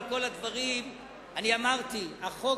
על-פי החוק